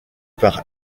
par